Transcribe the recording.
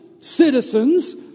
citizens